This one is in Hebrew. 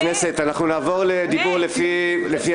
חברי הכנסת, אנחנו נעבור לדיבור לפי הסדר.